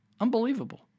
Unbelievable